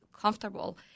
comfortable